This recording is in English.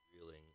reeling